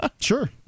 Sure